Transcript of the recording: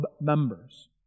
members